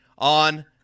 on